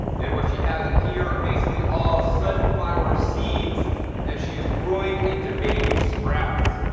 and what she has in here are basically all sunflower seeds that she's growing into baby sprouts.